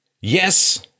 Yes